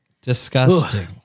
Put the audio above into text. Disgusting